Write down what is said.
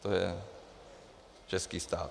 To je český stát.